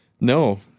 No